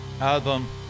album